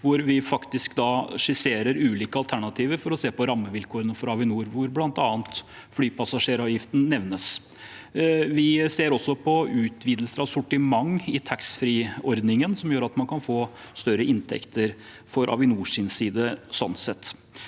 vi skisserer ulike alternativer for å se på rammevilkårene for Avinor. Her nevnes bl.a. flypassasjeravgiften. Vi ser også på utvidelse av sortimentet i taxfree-ordningen, som gjør at man kan få større inntekter fra Avinors side.